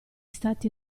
stati